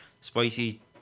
Spicy